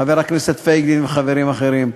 חבר הכנסת פייגלין וחברים אחרים.